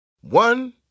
One